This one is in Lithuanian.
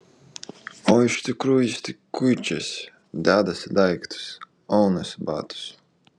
o iš tikrųjų jis tik kuičiasi dedasi daiktus aunasi batus